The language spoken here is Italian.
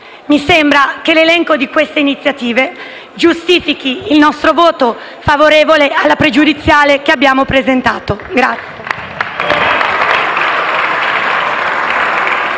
Mi sembra che l'elenco di queste iniziative giustifichi il nostro voto favorevole alla questione pregiudiziale che abbiamo presentato.